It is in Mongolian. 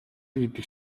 гэдэг